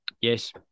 yes